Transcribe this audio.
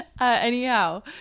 anyhow